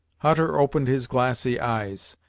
hutter opened his glassy eyes,